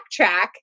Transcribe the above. backtrack